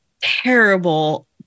terrible